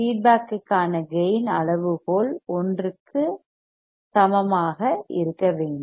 ஃபீட்பேக்கிற்கான கேயின் அளவுகோல் 1 க்கு சமமாக இருக்க வேண்டும்